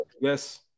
yes